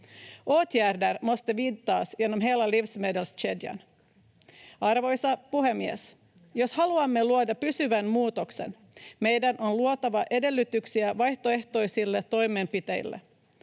Åtgärder måste vidtas genom hela livsmedelskedjan. Arvoisa puhemies! Jos haluamme luoda pysyvän muutoksen, meidän on luotava edellytyksiä vaihtoehtoisille toimenpiteille.